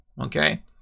okay